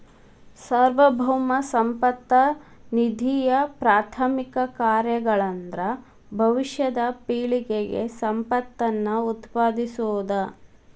ಸಾರ್ವಭೌಮ ಸಂಪತ್ತ ನಿಧಿಯಪ್ರಾಥಮಿಕ ಕಾರ್ಯಗಳಂದ್ರ ಭವಿಷ್ಯದ ಪೇಳಿಗೆಗೆ ಸಂಪತ್ತನ್ನ ಉತ್ಪಾದಿಸೋದ